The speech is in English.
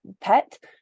pet